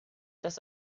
dass